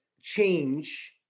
change